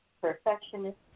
perfectionist